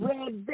Red